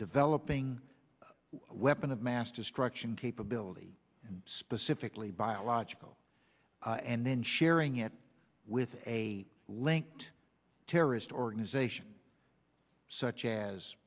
developing weapons of mass destruction capability specifically biological and then sharing it with a linked terrorist organization such as